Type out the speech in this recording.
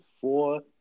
four